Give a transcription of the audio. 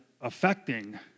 affecting